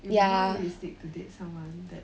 it will be more realistic to date someone that